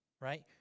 right